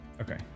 okay